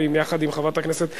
יחד עם חברת הכנסת שמאלוב-ברקוביץ,